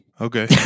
Okay